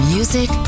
Music